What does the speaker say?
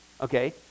Okay